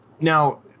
Now